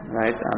right